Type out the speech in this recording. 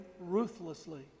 ruthlessly